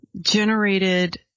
generated